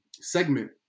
segment